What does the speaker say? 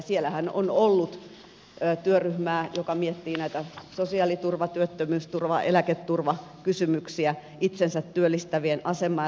siellähän on ollut työryhmä joka mietti sosiaaliturva työttömyysturva eläketurvakysymyksiä itsensä työllistävien asemaa